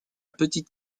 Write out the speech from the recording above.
petite